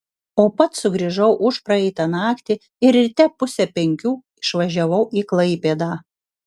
o pats sugrįžau užpraeitą naktį ir ryte pusę penkių išvažiavau į klaipėdą